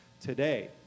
today